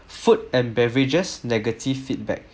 food and beverages negative feedback